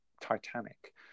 Titanic